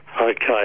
okay